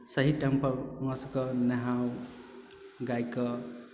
सही टाइमपर हुनकासभकेँ नहाउ गायकेँ